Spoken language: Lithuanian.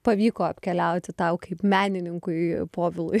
pavyko apkeliauti tau kaip menininkui povilai